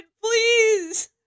Please